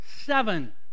seven